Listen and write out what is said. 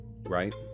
right